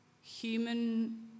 human